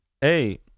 Hey